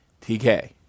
TK